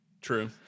True